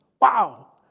wow